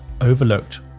overlooked